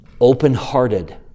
open-hearted